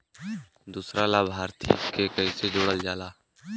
दूसरा लाभार्थी के कैसे जोड़ल जाला?